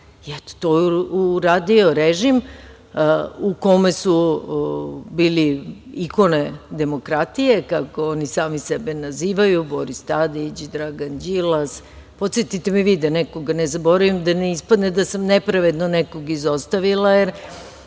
to je uradio režim u kome su bili ikone demokratije, kako oni sami sebe nazivaju, Boris Tadić, Dragan Đilas i podsetite me vi da nekoga ne zaboravim, da ne ispadne da sam nepravedno nekoga izostavila,